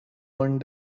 one